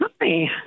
Hi